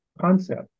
concept